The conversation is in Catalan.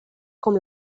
com